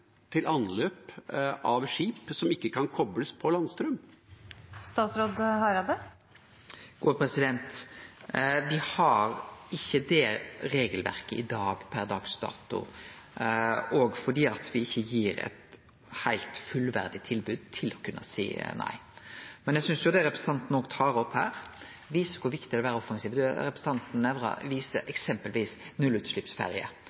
til å si nei til anløp av skip som ikke kan kobles på landstrøm? Me har ikkje det regelverket i dag, per dags dato, òg fordi me ikkje gir eit heilt fullverdig tilbod i forhold til å kunne seie nei. Men eg synest det representanten tar opp her, viser kor viktig det er å vere offensiv. Representanten Nævra viser